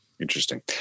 Interesting